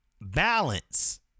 balance